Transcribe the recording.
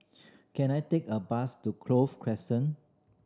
can I take a bus to Clover Crescent